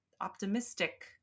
optimistic